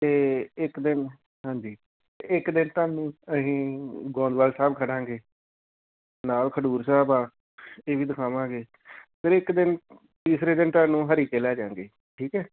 ਅਤੇ ਇੱਕ ਦਿਨ ਹਾਂਜੀ ਇੱਕ ਦਿਨ ਤੁਹਾਨੂੰ ਅਸੀਂ ਗੋਇੰਦਵਾਲ ਸਾਹਿਬ ਖੜਾਂਗੇ ਨਾਲ ਖਡੂਰ ਸਾਹਿਬ ਆ ਇਹ ਵੀ ਦਿਖਾਵਾਂਗੇ ਫਿਰ ਇੱਕ ਦਿਨ ਤੀਸਰੇ ਦਿਨ ਤੁਹਾਨੂੰ ਹਰੀਕੇ ਲੈ ਜਾਂਗੇ ਠੀਕ ਹੈ